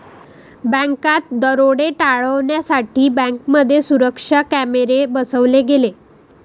बँकात दरोडे टाळण्यासाठी बँकांमध्ये सुरक्षा कॅमेरे बसवले गेले